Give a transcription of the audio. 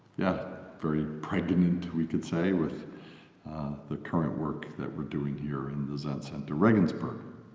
yeah, very pregnant, we could say, with the current work that we're doing here in the zen center regensburg.